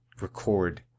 record